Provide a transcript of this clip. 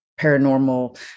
paranormal